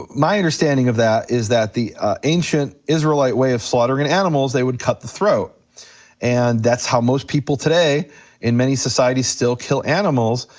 my understanding of that is that the ancient israelite way of slaughtering and animals, they would cut the throat and that's how most people today in many societies still kill animals.